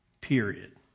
period